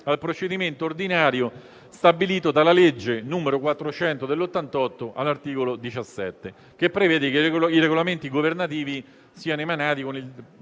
al procedimento ordinario stabilito dalla legge n. 400 del 1988, all'articolo 17, che prevede che i regolamenti governativi siano emanati con